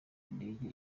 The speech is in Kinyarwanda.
indege